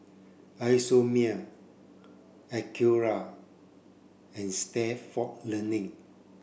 Isomil Acura and Stalford Learning